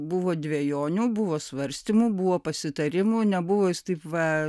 buvo dvejonių buvo svarstymų buvo pasitarimų nebuvo jis taip va